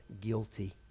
guilty